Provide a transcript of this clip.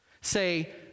say